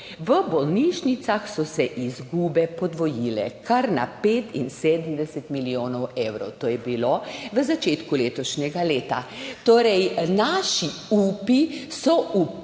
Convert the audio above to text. v bolnišnicah so se izgube podvojile kar na 75 milijonov evrov. To je bilo v začetku letošnjega leta. Torej, naši upi so uprti